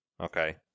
Okay